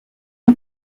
une